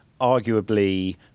Arguably